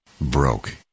broke